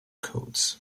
codes